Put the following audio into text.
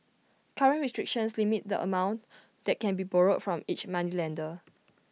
current restrictions limit the amount that can be borrowed from each moneylender